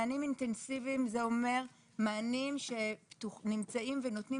מענים אינטנסיביים זה אומר מענים שנמצאים ונותנים